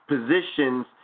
positions